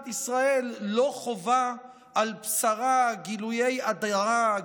ישראל לא חווה על בשרה גילויי הדרה,